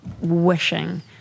wishing